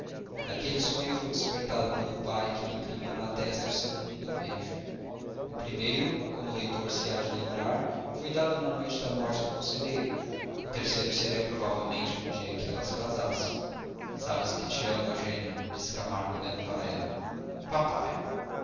daquele sonho foi despertada pelo pai que lhe imprimiu na testa o seu segundo beijo o primeiro como o leitor se há de lembrar foi dado na noite da morte do conselheiro o terceiro seria provavelmente no dia em que ela casasse sabes que te amo eugênia disse camargo olhando para ela papai